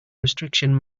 restriction